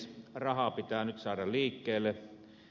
raha pitää nyt saada liikkeelle